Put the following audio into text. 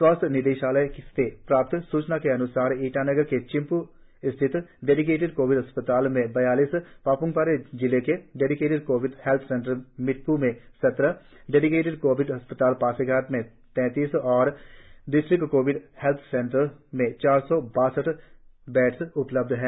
स्वास्थ्य निदेशालय से प्राप्त सूचना के अनूसार ईटानगर के चिंपू में स्थित डेडिकेटेड कोविड अस्पताल में बयालीस पाप्मपारे जिले के डेडिकेटेड कोविड हेल्थ सेंटर मिदप् में सत्रह डेडिकेटेड कोविड अस्पताल पासीघाट में तैतीस और डिस्ट्रिक्ट कोविड हेल्थ सेंटर्स में चार सौ बासठ बेड्स उपलब्ध हैं